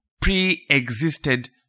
pre-existed